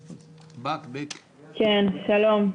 שלום.